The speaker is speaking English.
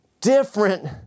different